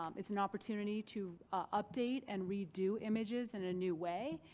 um is an opportunity to update and redo images in a new way,